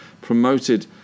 promoted